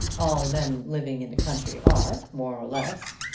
all men living in the country are more or less.